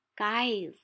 Guys